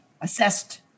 assessed